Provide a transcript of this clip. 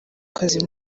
kazi